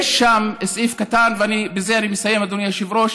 יש שם סעיף קטן, בזה אני מסיים, אדוני היושב-ראש,